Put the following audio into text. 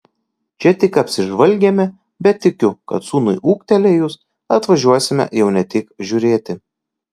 čia tik apsižvalgėme bet tikiu kad sūnui ūgtelėjus atvažiuosime jau ne tik žiūrėti